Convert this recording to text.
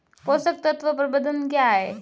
पोषक तत्व प्रबंधन क्या है?